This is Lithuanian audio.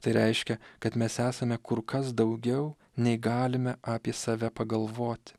tai reiškia kad mes esame kur kas daugiau nei galime apie save pagalvoti